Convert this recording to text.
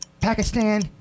Pakistan